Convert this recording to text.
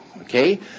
Okay